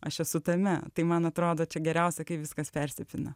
aš esu tame tai man atrodo čia geriausia kai viskas persipina